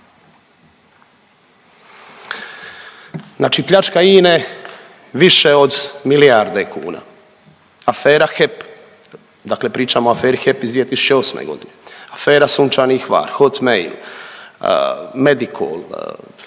Znači pljačka INA-e više od milijarde kuna, afera HEP, dakle pričam o aferi HEP iz 2008.g., afera Sunčani Hvar, Hotmail, Medicol,